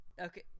okay